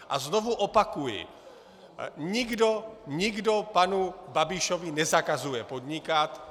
A znovu opakuji, nikdo panu Babišovi nezakazuje podnikat.